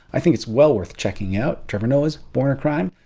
think it's well worth checking out. trevor noah's born a crime.